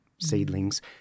seedlings